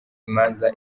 imanza